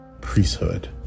priesthood